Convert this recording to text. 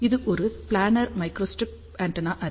இது ஒரு planar microstrip antenna array